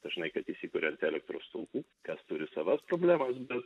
dažnai kad įsikuria ant elektros stulpų kas turi savas problemas bet